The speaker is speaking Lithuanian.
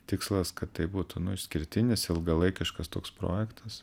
tikslas kad tai būtų nu išskirtinis ilgalaikiškas toks projektas